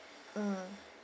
mm